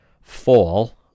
fall